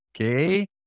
Okay